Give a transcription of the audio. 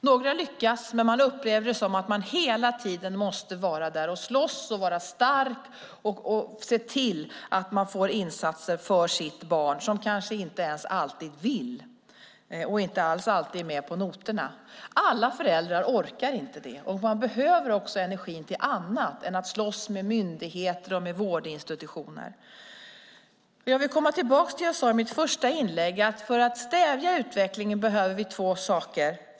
Några lyckas, men de upplever att de hela tiden måste vara där och slåss, vara stark och se till att de får insatser för sitt barn - som kanske inte ens alltid vill eller är med på noterna. Alla föräldrar orkar inte det, och man behöver också energin till annat än att slåss med myndigheter och vårdinstitutioner. Jag vill komma tillbaka till det jag sade i mitt första inlägg: För att stävja utvecklingen behöver vi två saker.